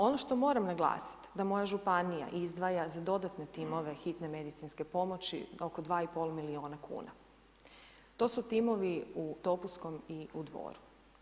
Ono što moram naglasiti da moja županija izdvaja za dodatne timove hitne medicinske pomoći oko 2,5 miliona kuna, to su timovi u Topuskom i u Dvoru.